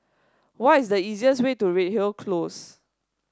what is the easiest way to Redhill Close